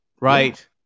right